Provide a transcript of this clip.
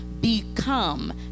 become